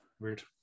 Weird